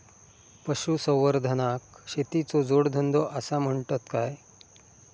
पशुसंवर्धनाक शेतीचो जोडधंदो आसा म्हणतत काय?